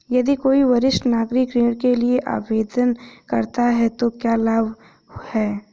यदि कोई वरिष्ठ नागरिक ऋण के लिए आवेदन करता है तो क्या लाभ हैं?